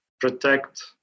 protect